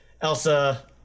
elsa